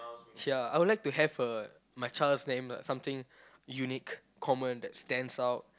ya I'll like to have a my child's name something unique common that stands out